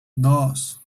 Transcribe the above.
dos